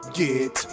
get